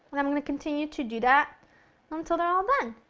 i'm going to continue to do that until they are all done.